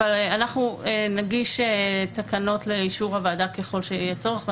אבל אנחנו נגיש תקנות לאישור הוועדה ככל שיהיה צורך.